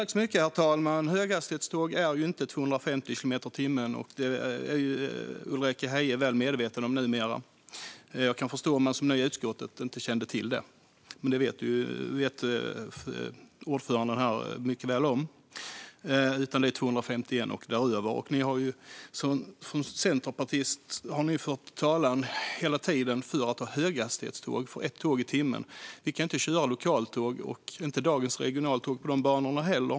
Herr talman! Höghastighetståg är inte 250 kilometer i timmen, och det är Ulrika Heie väl medveten om numera. Jag kan förstå om man som ny i utskottet inte kände till det, men det vet ordföranden mycket väl om nu. Det är 251 och däröver som gäller. Från Centerpartiet har ni hela tiden fört talan för höghastighetståg, ett tåg i timmen. Vi kan inte köra lokaltåg och inte heller dagens regionaltåg på dessa banor.